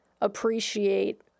appreciate